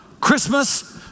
Christmas